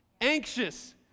Anxious